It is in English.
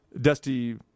Dusty